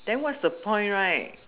then what's the point right